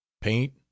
paint